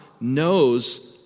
knows